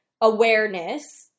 awareness